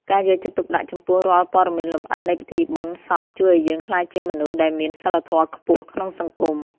ការយកចិត្តទុកដាក់ចំពោះរាល់ព័ត៌មានលម្អិតនៃពិធីបុណ្យសពជួយឱ្យយើងក្លាយជាមនុស្សដែលមានសីលធម៌ខ្ពស់ក្នុងសង្គម។